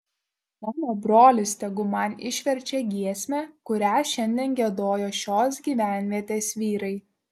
mano brolis tegu man išverčia giesmę kurią šiandien giedojo šios gyvenvietės vyrai